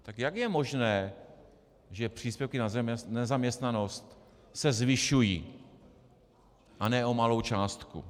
Tak jak je možné, že příspěvky na nezaměstnanost se zvyšují, a ne o malou částku?